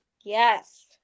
yes